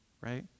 right